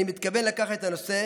אני מתכוון לקחת את הנושא,